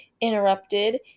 interrupted